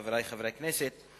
חברי חברי הכנסת,